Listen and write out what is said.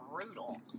brutal